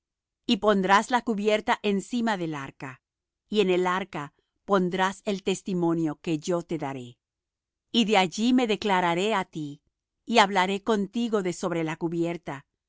y pondrás la cubierta encima del arca y en el arca pondrás el testimonio que yo te daré y de allí me declararé á ti y hablaré contigo de sobre la cubierta